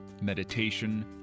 meditation